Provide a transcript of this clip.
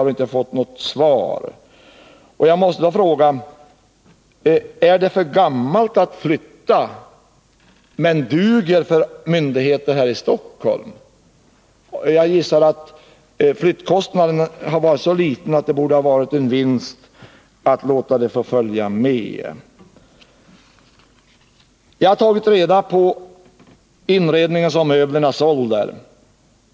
Jag har emellertid inte fått något svar. Jag måste då fråga: Är inventarierna för gamla för att flyttas men duger för myndigheter här i Stockholm? Jag gissar att flyttkostnaderna har varit så små att det borde ha varit lönsamt att låta allt få följa med. Jag har vidare tagit reda på hur gamla möblerna och inredningen är.